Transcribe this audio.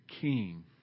king